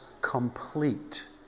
Complete